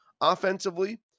offensively